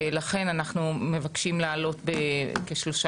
ולכן אנחנו מבקשים להעלות ב-13%.